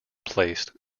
placed